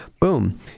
boom